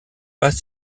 pas